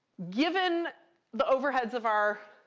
given the overheads of our